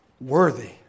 worthy